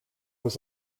was